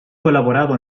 colaborado